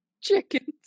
chickens